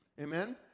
Amen